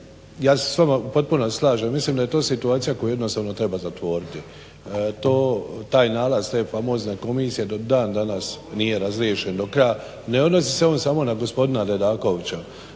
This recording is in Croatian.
Ja sa s vama potpuno slažem, mislim da je to situaciju koju jednostavno treba zatvoriti. Taj nalaz te famozne komisije do dan danas nije razriješen do kraja. Ne odnosi se on samo na gospodina Dedakovića,